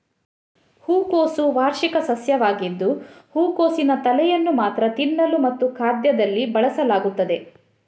ಹೂಕೋಸು ವಾರ್ಷಿಕ ಸಸ್ಯವಾಗಿದ್ದು ಹೂಕೋಸಿನ ತಲೆಯನ್ನು ಮಾತ್ರ ತಿನ್ನಲು ಮತ್ತು ಖಾದ್ಯದಲ್ಲಿ ಬಳಸಲಾಗುತ್ತದೆ